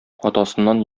атасыннан